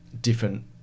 different